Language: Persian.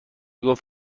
گفت